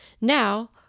Now